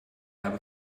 habe